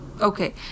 Okay